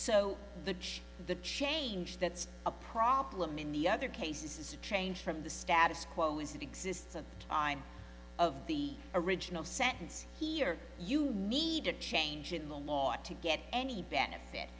judge the change that's a problem in the other cases is a change from the status quo is that exists a time of the original sentence here you need a change in the law to get any benefit